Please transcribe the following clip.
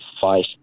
five